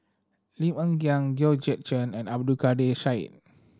Lim Hng Kiang Georgette Chen and Abdul Kadir Syed